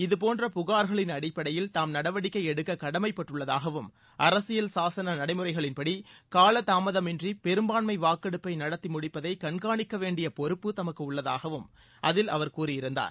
இதபோன்ற புகார்களின் அடிப்படையில் தாம் நடவடிக்கை எடுக்க கடமைப்பட்டுள்ளதாகவும் அரசியல் சாசன நடைமுறைகளின்படி கால தாமதமின்றி பெரும்பான்மை வாக்கெடுப்பை நடத்தி முடிப்பதை கண்காணிக்கவேண்டிய பொறுப்பு தமக்கு உள்ளதாகவும் அதில் அவர் கூறியிருந்தார்